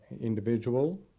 individual